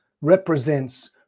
represents